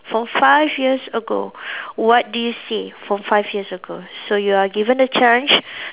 from five years ago what do you say from five years ago so you are given a chance